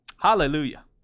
Hallelujah